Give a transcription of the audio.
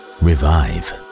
revive